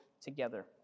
together